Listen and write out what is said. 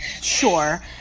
sure